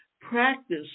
Practice